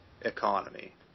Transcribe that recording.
economy